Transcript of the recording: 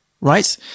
right